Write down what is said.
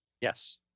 Yes